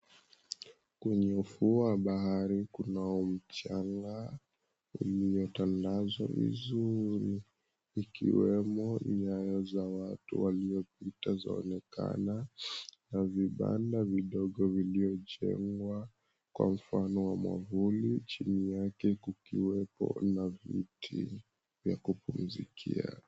Kwenye ufuo wa bahari, kunao mchanga uliotandazwa vizuri. Ikiwemo nyayo za watu waliopita zaonekana, na vibanda vidogo vilivyojengwa kwa mfano wa mwavuli. Chini yake kukiwepo na vitu vya kupumzikia.